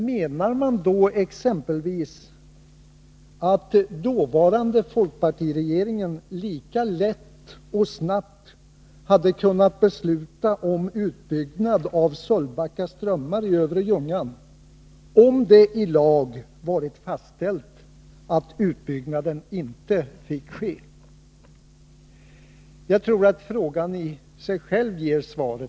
Menar man då exempelvis att dåvarande folkpartiregering lika lätt och snabbt hade kunnat besluta om utbyggnad av Sölvbacka strömmar i övre Ljungan, om det i lag hade varit fastställt att utbyggnad i denna älvsträcka inte fick ske? Jag tror att frågan i sig själv ger svaret.